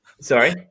Sorry